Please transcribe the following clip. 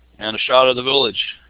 and a shot of the village.